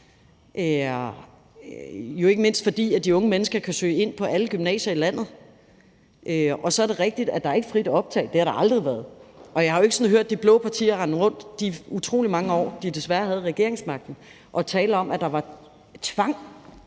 jo ikke mindst fordi de unge mennesker kan søge ind på alle gymnasier i landet. Så er det rigtigt, at der ikke er frit optag, og det har der aldrig været, og jeg har jo ikke sådan hørt de blå partier rende rundt, i de utrolig mange år de desværre havde regeringsmagten, og tale om, at der var tvang